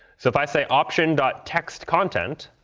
so if i say, option dot text content,